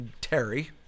Terry